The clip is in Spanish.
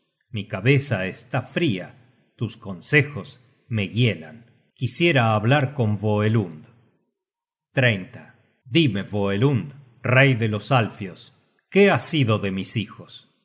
mi cabeza está fria tus consejos me hielan quisiera hablar con voelund dime voelund rey delos alfios qué ha sido de mis hijos